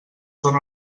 són